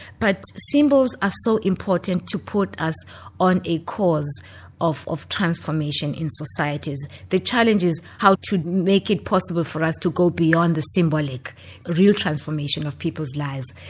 but symbols are so important to put us on a course of of transformation in societies. the challenge is how to make it possible for us to go beyond the symbolic, the real transformation of people's lives,